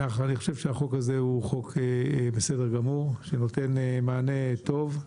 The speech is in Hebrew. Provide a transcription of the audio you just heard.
אני חושב שהחוק הזה הוא חוק בסדר גמור שנותן מענה טוב,